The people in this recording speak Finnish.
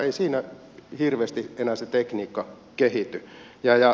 ei siinä hirveästi enää se tekniikka kehity